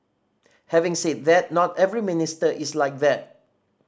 having said that not every minister is like that